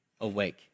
awake